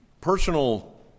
personal